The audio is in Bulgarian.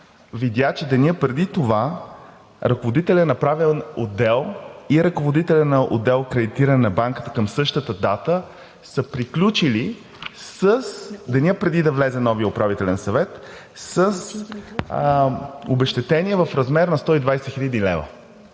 видя, че в деня преди това ръководителят на Правен отдел и ръководителят на отдел „Кредитиране на банката“ към същата дата са приключили в деня преди да влезе новият Управителен съвет с обезщетение в размер на 120 хил. лв.